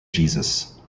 jesus